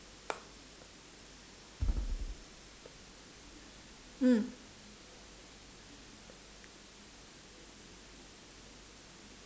mm